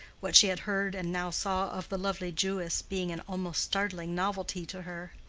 what she had heard and now saw of the lovely jewess being an almost startling novelty to her.